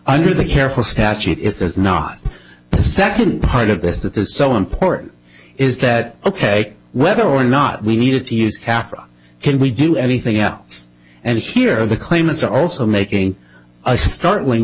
under the careful statute if there's not the second part of this that is so important is that ok whether or not we needed to use half or can we do anything else and here the claimant are also making a startling